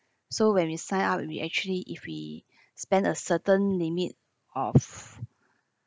so when we sign up we actually if we spend a certain limit of